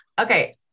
Okay